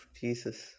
Jesus